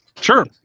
Sure